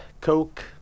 Coke